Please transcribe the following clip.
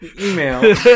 email